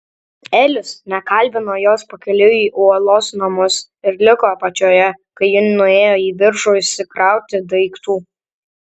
elis nekalbino jos pakeliui į uolos namus ir liko apačioje kai ji nuėjo į viršų išsikrauti daiktų